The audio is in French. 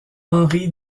henry